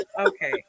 Okay